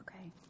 Okay